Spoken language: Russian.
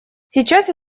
сейчас